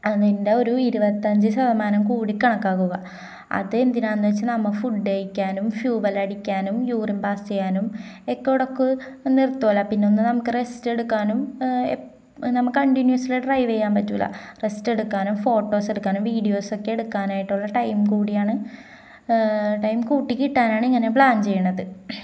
അതിൻ്റെ ഒരു ഇരുപത്തിയഞ്ചു ശതമാനം കൂടി കണക്കാക്കുക അതെന്തിനാണെന്നുവച്ചാല് നമ്മള് ഫുഡ് കഴിക്കാനും ഫ്യൂുവൽ അടിക്കാനും യൂറിന് പാസ് ചെയ്യാനും ഒക്കെ ഇടയ്ക്കു നിർത്തുമല്ലോ് പിന്നൊന്ന് നമുക്ക് റെസ്റ്റെടുക്കാനും നമ്മള് കണ്ടിന്യൂസ്ലി ഡ്രൈവെയ്യാൻ പറ്റൂല റെസ്റ്റ് എടുക്കാനും ഫോട്ടോസ് എടുക്കാനും വീഡിയോസൊക്കെ എടുക്കാനായിട്ടുള്ള ടൈം കൂടിയാണ് ടൈം കൂട്ടിക്കിട്ടാനാണ് ഇങ്ങനെ പ്ലാൻ ചെയ്യുന്നത്